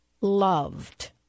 loved